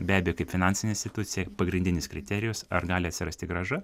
be abejo kaip finansinė institucija pagrindinis kriterijus ar gali atsirasti grąža